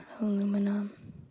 Aluminum